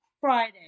Friday